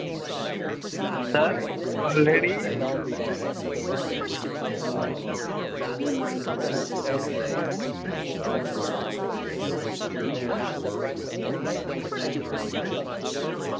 sir already